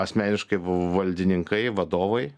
asmeniškai valdininkai vadovai